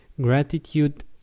gratitude